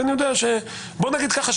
ואני יודע שבוא נגיד ככה,